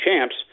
champs